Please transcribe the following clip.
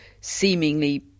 seemingly